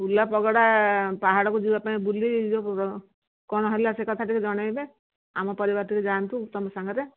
ଉଲା ପଗଡ଼ା ପାହାଡ଼କୁ ଯିବା ପାଇଁ ବୁଲି ଯେଉଁ କ'ଣ ହେଲା ସେ କଥା ଟିକେ ଜଣେଇବେ ଆମ ପରିବାର ଟିକେ ଯାଆନ୍ତୁ ତୁମ ସାଙ୍ଗରେ